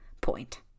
point